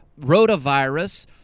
rotavirus